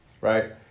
Right